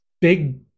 big